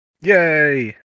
Yay